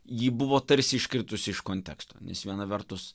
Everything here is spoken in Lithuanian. ji buvo tarsi iškritusi iš konteksto nes viena vertus